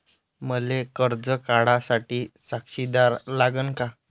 मले कर्ज काढा साठी साक्षीदार लागन का?